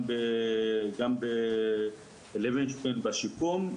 גם בלוינשטיין בשיקום,